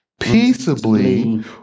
peaceably